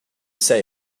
say